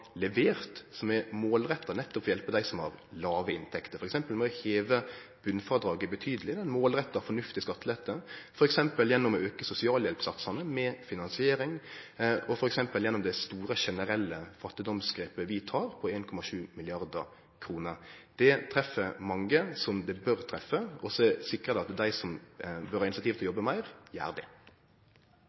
levert, og som er målretta nettopp for å hjelpe dei som har låge inntekter. Venstre vil f.eks. heve botnfrådraget betydeleg – ein målretta, fornuftig skattelette – auke sosialhjelpssatsane med finansiering og ta det store generelle fattigdomsgrepet på 1,7 mrd. kr. Det treffer mange som det bør treffe, og det sikrar at dei som bør ha initiativ til å jobbe meir, gjer det.